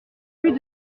plus